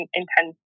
intense